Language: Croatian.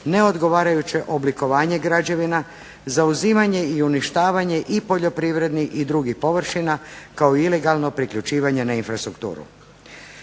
neodgovarajuće oblikovanje građevina, zauzimanje i uništavanje i poljoprivrednih i drugih površina kao i ilegalno priključivanje na infrastrukturu.